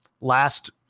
last